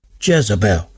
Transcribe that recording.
Jezebel